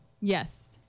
Yes